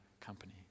company